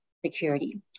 security